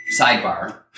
sidebar